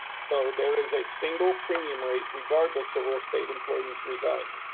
so there is a single premium rate regardless of where state employees reside.